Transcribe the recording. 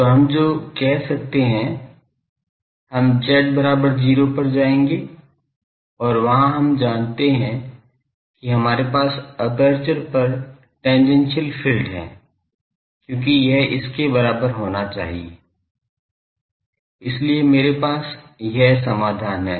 तो हम जो कह सकते हैं हम z0 पर जाएंगे और वहां हम जानते हैं कि हमारे पास एपर्चर पर टेंजेंटिअल फ़ील्ड है क्योंकि यह इसके बराबर होना चाहिए इसलिए मेरे पास यह समाधान है